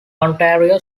ontario